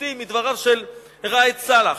ציטוטים מדבריו של ראאד סלאח: